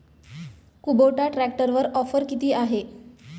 Kubota ट्रॅक्टरवर offer किती आहे?